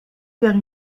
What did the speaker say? vers